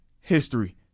history